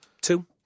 Two